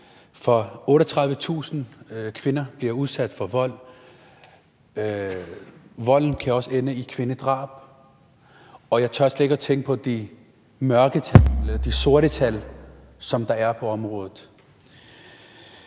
For 38.000 kvinder bliver udsat for vold, og volden kan også ende i kvindedrab, og jeg tør slet ikke at tænke på det mørketal, som der er på området.